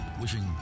wishing